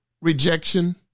rejection